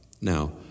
Now